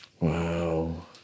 Wow